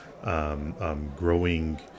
Growing